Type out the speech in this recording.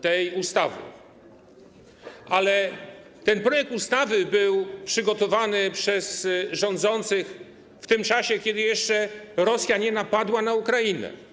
tej ustawy, ale ten projekt ustawy był przygotowany przez rządzących w czasie, kiedy Rosja jeszcze nie napadła na Ukrainę.